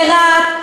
לרהט,